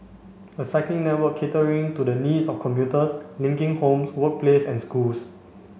a cycling network catering to the needs of commuters linking homes workplace and schools